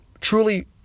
Truly